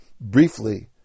Briefly